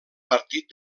partit